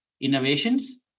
innovations